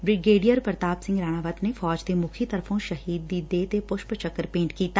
brigadier Pratap Singh Ranawat ਨੇ ਫੌਜ ਦੇ ਮੁੱਖ ਤਰਫ਼ੋ ਸ਼ਹੀਦ ਦੀ ਦੇਹ ਤੇ ਪੁਸ਼ਪ ਚੱਕਰ ਭੇਟ ਕੀਤਾ